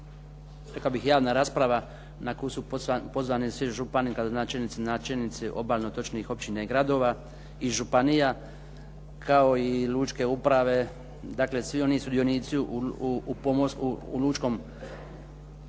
rekao bih javna rasprava na koju su pozvani svi župani, gradonačelnici, načelnici, obalnih otočnih općina i gradova i županija kao i lučke uprave. Dakle, svi oni sudionici u lučkom sustavu